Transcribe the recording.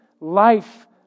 life